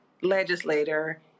legislator